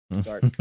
Sorry